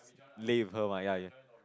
leave her money ya